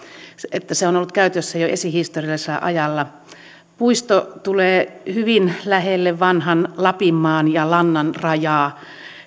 että se on on ollut käytössä jo esihistoriallisella ajalla puisto tulee hyvin lähelle vanhan lapinmaan ja lannan rajaa